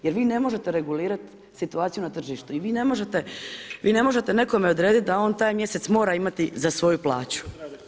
Jer vi ne možete regulirati situaciju na tržištu i vi ne možete nekome odrediti da on taj mjesec mora imati za svoju plaću.